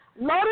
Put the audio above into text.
loaded